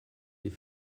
die